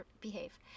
behave